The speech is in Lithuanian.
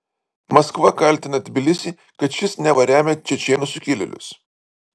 maskva kaltina tbilisį kad šis neva remia čečėnų sukilėlius